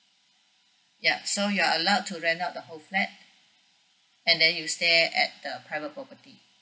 yup so you are allowed the rent out the whole flat and then you stay at the private property